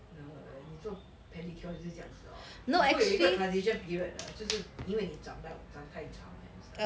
the 你做 pedicure 就是这样子的 [what] 会有一个 transition period 的就是因为你长到长太长你知道嘛